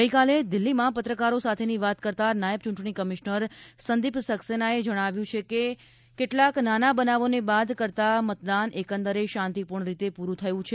ગઇકાલે દિલ્હીમાં પત્રકારોની સાથે વાત કરતા નાયબ ચૂંટણી કમીશનર સંદિપ સકસેનાએ જણાવ્યું હતું કે કેટલાક નાના બનાવોને બાદ કરતાં મતદાન એકંદરે શાંતિપૂર્ણ રીતે પુરુ થયું છે